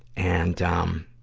and, um,